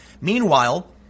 Meanwhile